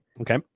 Okay